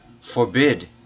forbid